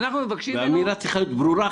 ואנחנו מבקשים ממנו --- והאמירה צריכה להיות ברורה,